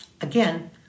again